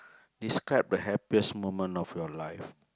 describe the happiest moment of your life